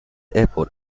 airport